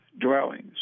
dwellings